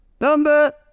Number